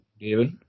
David